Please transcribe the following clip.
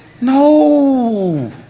no